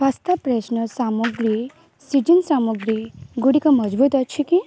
pasta freshener ସାମଗ୍ରୀ season ସାମଗ୍ରୀ ଗୁଡ଼ିକ ମହଜୁଦ ଅଛି କି